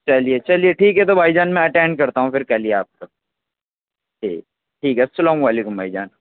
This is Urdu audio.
چلیے چلیے ٹھیک ہے تو بھائی جان میں اٹینڈ کرتا ہوں پھر کل ہی آپ کا ٹھیک ٹھیک ہے السلام علیکم بھائی جان